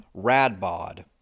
Radbod